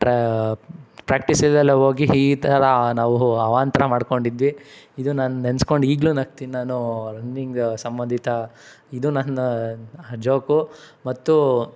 ಪ್ರ್ಯಾಕ್ಟಿಸಿಗೆಲ್ಲ ಹೋಗಿ ಈ ಥರ ನಾವು ಅವಾಂತರ ಮಾಡಿಕೊಂಡಿದ್ವಿ ಇದು ನಾನು ನೆನೆಸ್ಕೊಂಡು ಈಗಲೂ ನಗ್ತೀನಿ ನಾನು ರನ್ನಿಂಗ್ ಸಂಬಂಧಿತ ಇದು ನನ್ನ ಜೋಕು ಮತ್ತು